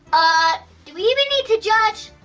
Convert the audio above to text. ah, do we even need to judge?